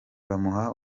bamuha